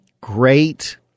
great